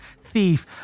Thief